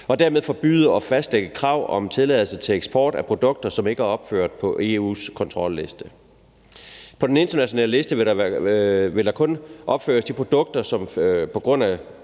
og dermed forbyde og fastlægge krav om tilladelse til eksport af produkter, som ikke er opført på EU's kontrolliste. På den internationale liste vil der kun opføres de produkter, som på grund af